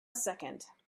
second